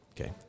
Okay